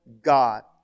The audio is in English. God